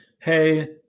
hey